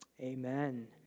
Amen